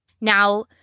Now